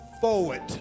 forward